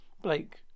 Blake